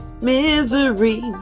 misery